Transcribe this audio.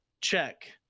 check